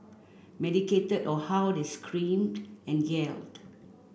medicated or how they screamed and yelled